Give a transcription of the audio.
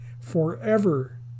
forever